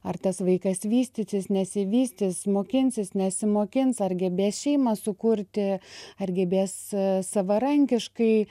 ar tas vaikas vystytis nesivystys mokinsis nesimokins ar gebės šeimą sukurti ar gebės savarankiškai